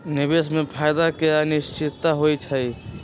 निवेश में फायदा के अनिश्चितता होइ छइ